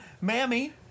mammy